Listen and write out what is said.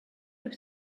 with